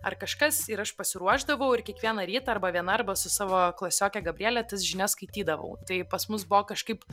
ar kažkas ir aš pasiruošdavau ir kiekvieną rytą arba viena arba su savo klasioke gabriele tas žinias skaitydavau tai pas mus buvo kažkaip